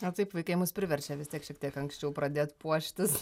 na taip vaikai mus priverčia vis tiek šiek tiek anksčiau pradėt puoštis